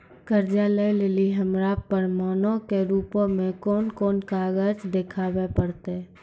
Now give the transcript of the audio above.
कर्जा लै लेली हमरा प्रमाणो के रूपो मे कोन कोन कागज देखाबै पड़तै?